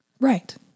right